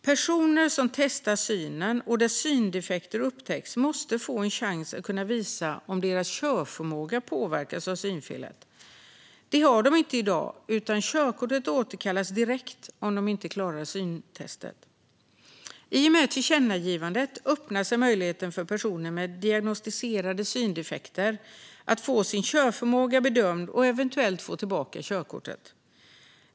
Personer som testar synen måste, om syndefekter upptäcks, få en chans att visa om deras körförmåga påverkas av synfelet. Det har de inte i dag, utan körkortet återkallas direkt för den som inte klarar syntestet. I och med tillkännagivandet öppnar sig möjligheten för personer med diagnostiserade syndefekter att få sin körförmåga bedömd och eventuellt få tillbaka körkortet.